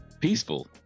peaceful